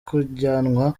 kujyanwa